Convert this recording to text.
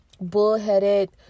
Bullheaded